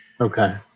okay